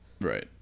Right